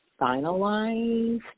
finalized